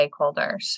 stakeholders